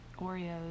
Oreos